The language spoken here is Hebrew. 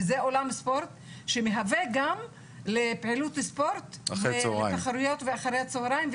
וזה אולם ספורט שמהווה גם לפעילות ספורט ותחרויות אחרי הצהריים.